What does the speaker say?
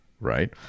right